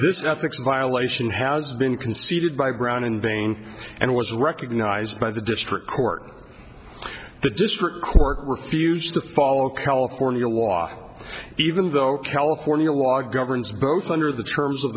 this ethics violation has been conceded by brown in being and was recognized by the district court the district court refused to follow california was even though california law governs both under the terms of